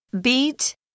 beat